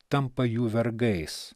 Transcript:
tampa jų vergais